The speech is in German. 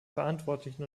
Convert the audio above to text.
verantwortlichen